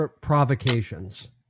provocations